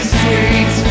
sweet